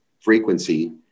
frequency